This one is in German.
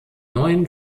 neuen